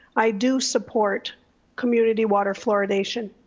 i do support community water fluoridation.